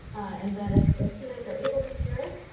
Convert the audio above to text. and then if if students are able to hear it,